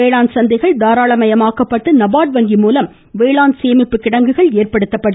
வேளாண் சந்தைகள் தாராளமயமாக்கப்பட்டு நபார்டு வங்கி மூலம் வேளாண் சேமிப்பு கிடங்குகள் ஏற்படுத்தப்படும்